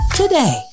today